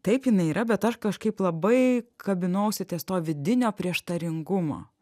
taip jinai yra bet aš kažkaip labai kabinausi ties to vidinio prieštaringumo